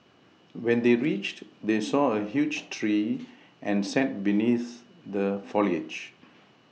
when they reached they saw a huge tree and sat beneath the foliage